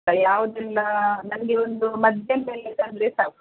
ಯಾವುದೆಲ್ಲ ನನಗೆ ಒಂದು ಮಧ್ಯಾಹ್ನದಲ್ಲಿ ತಂದರೆ ಸಾಕು